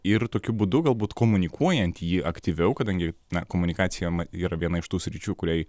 ir tokiu būdu galbūt komunikuojant jį aktyviau kadangi na komunikacija yra viena iš tų sričių kuriai